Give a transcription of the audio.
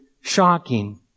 shocking